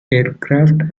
aircraft